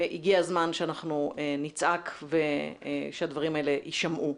והגיע הזמן שאנחנו נצעק שהדברים האלה יישמעו.